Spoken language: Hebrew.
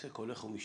העסק הולך ומשתבח,